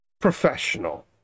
professional